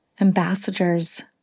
ambassadors